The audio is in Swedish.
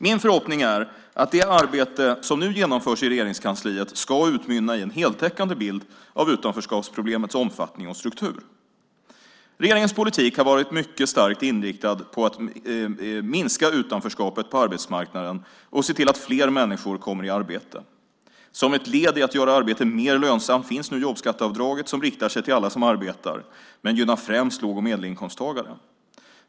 Min förhoppning är att det arbete som nu genomförs i Regeringskansliet utmynnar i en heltäckande bild av utanförskapsproblemets omfattning och struktur. Regeringens politik har varit mycket starkt inriktad på att minska utanförskapet på arbetsmarknaden och se till att fler människor kommer i arbete. Som ett led i att göra arbete mer lönsamt finns nu jobbskatteavdraget som riktar sig till alla som arbetar men gynnar främst låg och medelinkomsttagare.